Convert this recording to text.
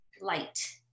light